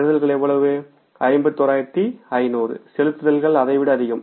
பெறுதல்கள் எவ்வளவு 51500 செலுத்துதல்கள் அதை விட அதிகம்